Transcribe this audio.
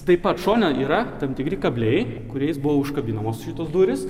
taip pat šone yra tam tikri kabliai kuriais buvo užkabinamos šitos durys